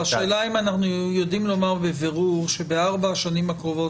אבל השאלה אם אנחנו יודעים לומר בבירור שבארבע השנים הקרובות